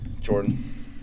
Jordan